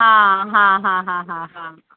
हा हा हा हा हा हा